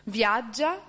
viaggia